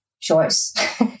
choice